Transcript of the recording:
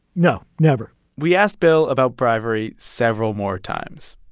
no, never we asked bill about bribery several more times.